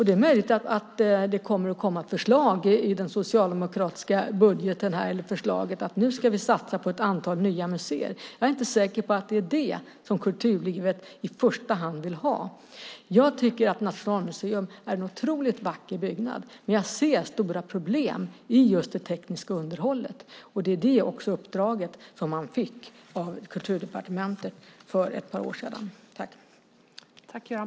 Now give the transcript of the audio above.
Det är möjligt att det kommer att komma förslag i det socialdemokratiska budgetförslaget om att man ska satsa på ett antal nya museer. Jag är inte säker på att det är det som kulturlivet i första hand vill ha. Jag tycker att Nationalmuseum är en otroligt vacker byggnad. Men jag ser stora problem i just det tekniska underhållet. Och detta är också det uppdrag som man fick av Kulturdepartementet för ett par år sedan.